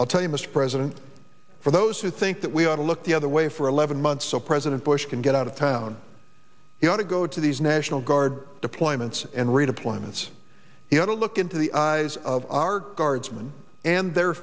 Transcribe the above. i'll tell you mr president for those who think that we ought to look the other way for eleven months so president bush can get out of town he ought to go to these national guard deployments and redeployments you know to look into the eyes of our guardsmen and their